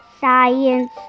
science